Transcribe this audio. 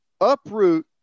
uproot